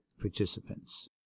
participants